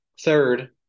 Third